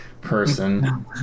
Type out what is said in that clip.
person